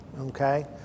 okay